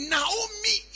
Naomi